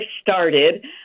started